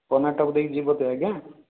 କର୍ଣ୍ଣାଟକ ଦେଇକି ଯିବଟି ଆଜ୍ଞା